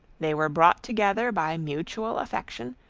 they were brought together by mutual affection,